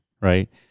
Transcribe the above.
right